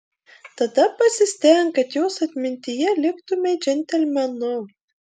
tada pasistenk kad jos atmintyje liktumei džentelmenu